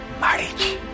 marriage